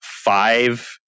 five